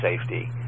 safety